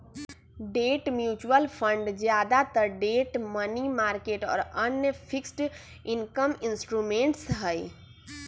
debt mutual fund ज्यादातर debt, money market और अन्य फिक्स्ड इनकम इंस्ट्रूमेंट्स हई